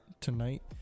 tonight